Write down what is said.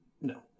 No